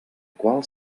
qual